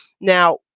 Now